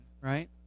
right